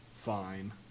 fine